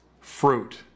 fruit